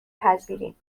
پذیریم